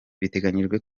biteganijwe